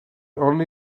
only